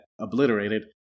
obliterated